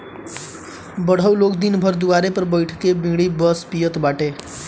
बुढ़ऊ लोग दिन भर दुआरे पे बइठ के बीड़ी बस पियत बाटे